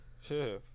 Sure